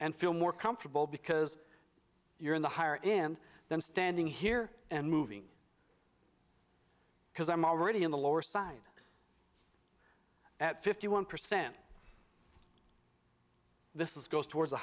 and feel more comfortable because you're in the higher end than standing here and moving because i'm already in the lower side at fifty one percent this is goes towards the